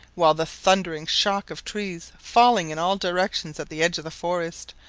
while the thundering shock of trees falling in all directions at the edge of the forest,